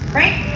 right